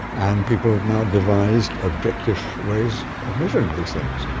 and people have now devised objective ways of measuring these things.